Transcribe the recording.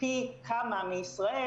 פי כמה מישראל